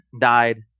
died